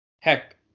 Heck